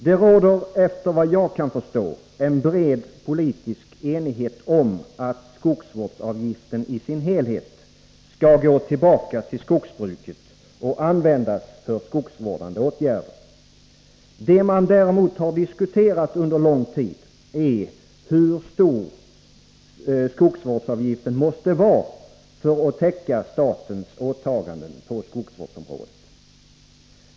Det råder — efter vad jag kan förstå — en bred politisk enighet om att skogsvårdsavgiften i sin helhet skall gå tillbaka till skogsbruket och användas för skogsvårdande åtgärder. Det man däremot har diskuterat under lång tid är hur stor skogsvårdsavgiften måste vara för att täcka statens åtaganden på skogsvårdsområdet.